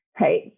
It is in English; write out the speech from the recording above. right